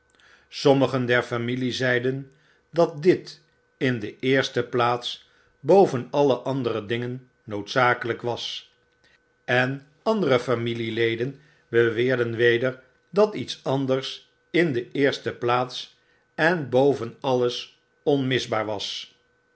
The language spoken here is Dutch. sommigen der familie zeiden dat d i t in de eerste plaats boven alle andere dingen noodzakelijk was en andere familie leden beweerden weder dat iets anders in de eerste plaats en boven alles onmisbaar was